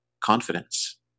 confidence